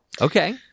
Okay